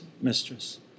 mistress